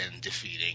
defeating